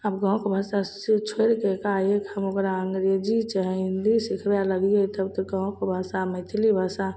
अब गाँवके भाषा चीज छोड़िके एकाएक हम ओकरा अङ्ग्रेजी चाहे हिन्दी सिखबै लगियै तब तऽ गाँव कऽ भाषा मैथिली भाषा